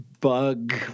bug